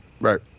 Right